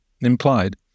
implied